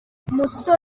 musore